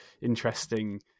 interesting